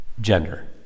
gender